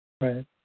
Right